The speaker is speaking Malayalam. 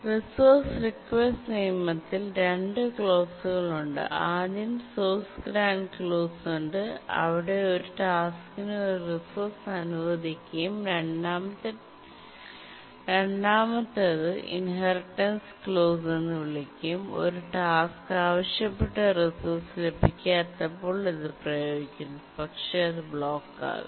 റിസോഴ്സ് റിക്വസ്റ്റ് നിയമത്തിൽ രണ്ട് ക്ലോസുകൾ ഉണ്ട് ആദ്യം സോഴ്സ് ഗ്രാന്റ് ക്ലോസ് ഉണ്ട് അവിടെ ഒരു ടാസ്ക്കിന് ഒരു റിസോഴ്സ് അനുവദിക്കുകയും രണ്ടാമത്തേത് ഇൻഹെറിറ്റൻസ് ക്ലോസ് എന്ന് വിളിക്കുകയും ചെയ്യുന്നു ഒരു ടാസ്ക് ആവശ്യപ്പെട്ട റിസോഴ്സ് ലഭിക്കാത്തപ്പോൾ ഇത് പ്രയോഗിക്കുന്നു പക്ഷേ അത് ബ്ലോക്ക് ആകും